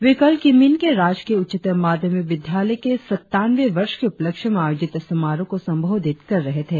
वे कल किमिन के राजकीय उच्चतर माध्यमिक विद्यालय के सत्तावनवे वर्ष के उपलक्ष्य में आयोजित समारोह को संबोधित कर रहे थे